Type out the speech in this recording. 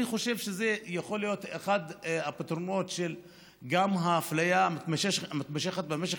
אני חושב שזה יכול להיות אחד הפתרונות גם של האפליה המתמשכת במשך